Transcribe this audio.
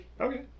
Okay